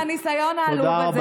על הניסיון העלוב הזה.